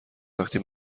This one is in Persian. وقتی